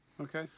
Okay